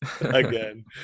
again